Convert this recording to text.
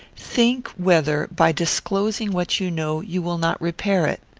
think whether, by disclosing what you know, you will not repair it.